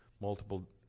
multiple